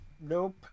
Nope